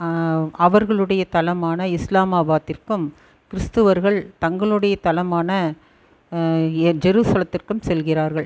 அவர்களுடைய தலமான இஸ்லாமாபாத்திற்கும் கிறிஸ்துவர்கள் தங்களுடைய தலமான ஏ ஜெருசலத்திற்கும் செல்கிறார்கள்